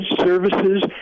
services